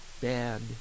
bad